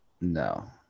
No